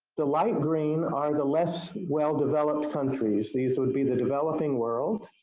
the light green are the less well developed countries. these would be the developing world.